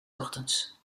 ochtends